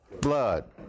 blood